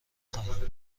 خواهیم